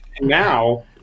now